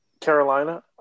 Carolina